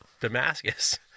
damascus